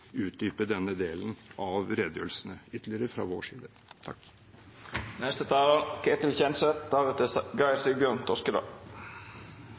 utdype denne delen av redegjørelsene ytterligere fra vår side.